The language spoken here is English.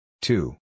Two